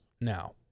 now